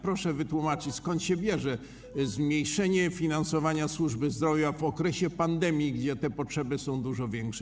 Proszę wytłumaczyć, skąd się bierze zmniejszenie finansowania służby zdrowia w okresie pandemii, gdy te potrzeby są dużo większe.